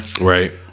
Right